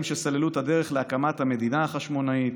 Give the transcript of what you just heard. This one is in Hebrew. שסללו את הדרך להקמת המדינה החשמונאית.